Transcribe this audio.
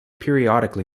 periodically